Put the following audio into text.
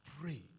pray